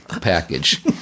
package